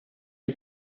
you